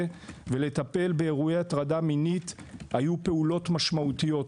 ולטפל באירועי הטרדה מינית היו פעולות משמעותיות.